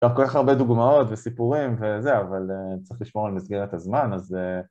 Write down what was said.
אפשר כל כך הרבה דוגמאות וסיפורים וזה, אבל צריך לשמור על מסגרת הזמן, אז...